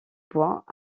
bois